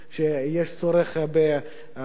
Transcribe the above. שיש צורך באספקת,